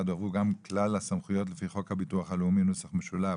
הועברו גם כלל הסמכויות לפי חוק הביטוח הלאומי (נוסח משולב)